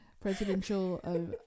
presidential